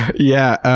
yeah,